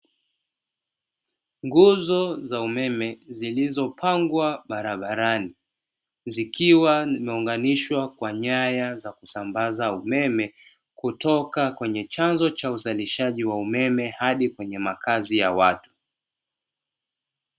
Nguzo za umeme zilizopangwa barabarani, zikiwa zimeunganishwa kwa nyaya za kusambaza umeme. Kutoka kwenye chanzo cha uzalishaji wa umeme hadi kwenye makazi ya watu.